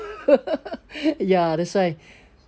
ya that's why